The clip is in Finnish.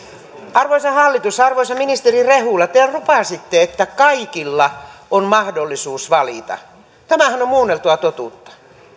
arvoisa hallitus arvoisa ministeri rehula te lupasitte että kaikilla on mahdollisuus valita tämähän on on muunneltua totuutta